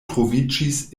troviĝis